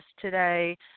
today